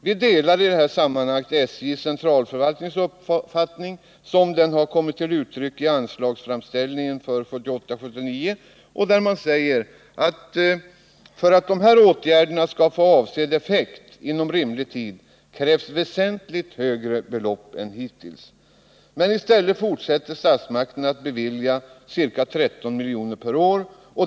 Vi delar dock SJ:s centralförvaltnings uppfattning som den kom till uttryck i anslagsframställningen för 1978/79. Där sägs bl.a. att ” för att åtgärderna skall få avsedd effekt inom rimlig tid krävs väsentligt högre belopp än hittills”. I stället fortsätter statsmakterna att bevilja ca 13 milj.kr. per år.